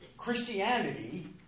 Christianity